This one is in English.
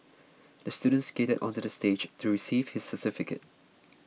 the student skated onto the stage to receive his certificate